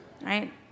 right